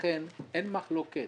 לכן אין מחלוקת,